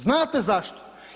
Znate zašto?